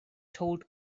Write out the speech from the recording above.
told